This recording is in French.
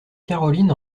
caroline